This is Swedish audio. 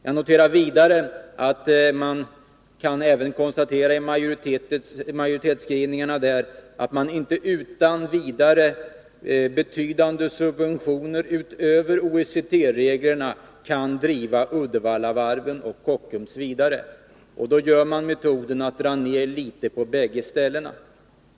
Jag noterar vidare att man i majoritetsskrivningen även kan konstatera att det inte är möjligt att utan vidare betydande subventioner, utöver OECD-reglerna, driva Uddevallavarvet och Kockums Varv vidare. Då använder man metoden att dra ned litet på bägge ställena.